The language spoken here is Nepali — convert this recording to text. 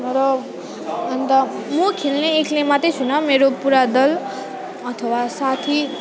मेरो अनि त म खेल्ने एक्लै मात्रै छुइनँ मेरो पुरा दल अथवा साथी